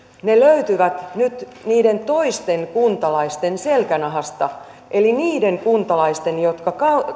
ne löytyvät nyt niiden toisten kuntalaisten selkänahasta eli niiden kuntalaisten jotka